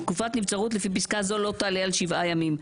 תקופת נבצרות לפי פסקה זו לא תעלה על שבעה ימים'.